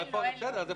אז איפה הכסף?